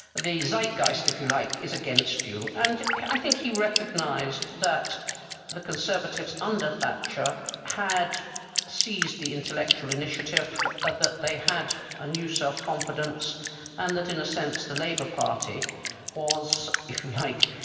the zeitgeist if you like, is against you. and i think he recognised that the conservatives under thatcher had seized the intellectual initiative, ah that they had a new self-confidence and that in a sense the labour party was, if you like,